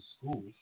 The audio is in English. school